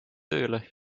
tööle